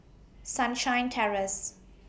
Sunshine Terrace